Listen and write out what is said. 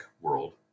world